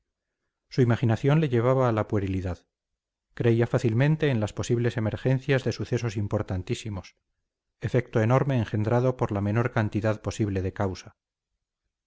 su imaginación le llevaba a la puerilidad creía fácilmente en las posibles emergencias de sucesos importantísimos efecto enorme engendrado por la menor cantidad posible de causa